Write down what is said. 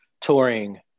touring